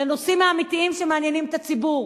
לנושאים האמיתיים שמעניינים את הציבור,